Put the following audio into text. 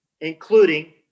including